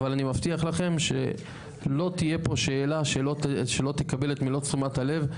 אבל אני מבטיח לכם שלא תהיה פה שאלה שלא תקבל את מלוא תשומת הלב,